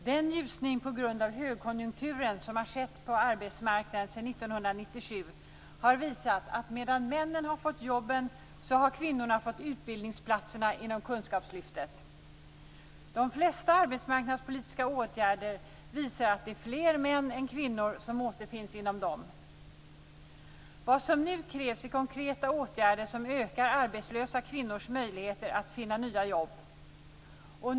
Den ljusning på grund av högkonjunkturen som har skett på arbetsmarknaden sedan 1997 har visat att medan männen har fått jobben har kvinnorna fått utbildningsplatserna inom kunskapslyftet. De flesta arbetsmarknadspolitiska åtgärder visar att det är fler män än kvinnor som återfinns inom dem. Vad som nu krävs är konkreta åtgärder som ökar arbetslösa kvinnors möjligheter att finna nya jobb.